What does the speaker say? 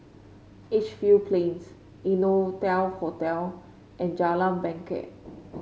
Edgefield Plains Innotel Hotel and Jalan Bangket